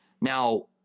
Now